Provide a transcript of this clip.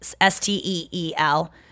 S-T-E-E-L